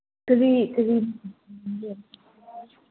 ꯑꯗꯨꯗꯤ ꯀꯔꯤ